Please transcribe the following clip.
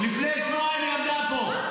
לפני שבועיים היא עמדה פה.